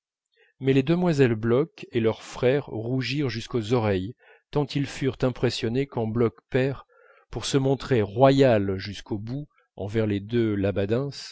mais les demoiselles bloch et leur frère rougirent jusqu'aux oreilles tant ils furent impressionnés quand bloch père pour se montrer royal jusqu'au bout envers les deux labadens